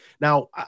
Now